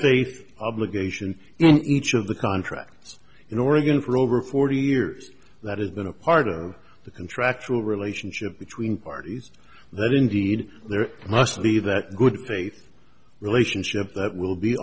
they obligation and each of the contracts in oregon for over forty years that has been a part of the contractual relationship between parties that indeed there must be that good faith relationship that will be